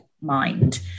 mind